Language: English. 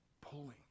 pulling